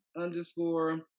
underscore